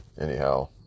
anyhow